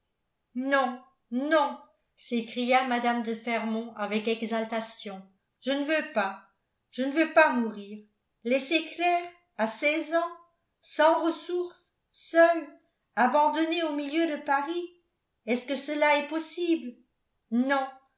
non non s'écria mme de fermont avec exaltation je ne veux pas je ne veux pas mourir laisser claire à seize ans sans ressources seule abandonnée au milieu de paris est-ce que cela est possible non